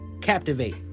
captivate